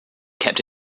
kept